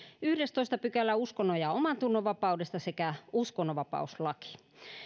yhdestoista pykälä uskonnon ja omantunnonvapaudesta sekä uskonnonvapauslaki